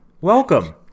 Welcome